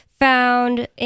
Found